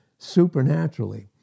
supernaturally